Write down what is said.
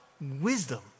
wisdom